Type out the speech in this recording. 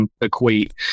equate